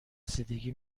رسیدگی